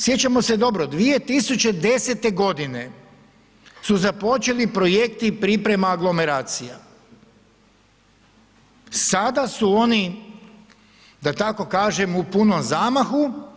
Sjećamo se dobro 2010. godine su započeli projekti priprema aglomeracija, sada su oni da tako kažem u punom zamahu.